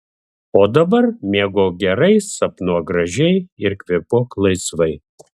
o dabar miegok gerai sapnuok gražiai ir kvėpuok laisvai